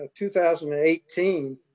2018